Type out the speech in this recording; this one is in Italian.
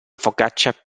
focaccia